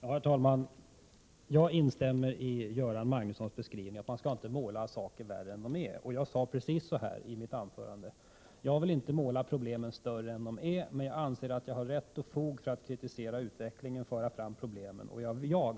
Herr talman! Jag instämmer i Göran Magnussons beskrivning att man inte skall måla ut saker värre än de är. Jag sade precis så här i mitt inlägg: ”Jag vill göra bekant att jag absolut inte vill måla upp problemen större än vad de är, men jag anser att jag har rätt och fog för att kritisera och föra fram problem som finns i länet.